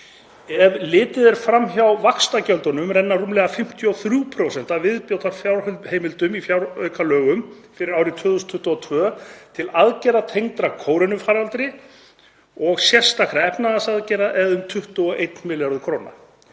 Ef litið er fram hjá vaxtagjöldum renna rúmlega 53% af viðbótarfjárheimild í fjáraukalögum fyrir árið 2022 til aðgerða tengdra kórónuveirufaraldri og sérstakra efnahagsaðgerða eða um 21 milljarður kr.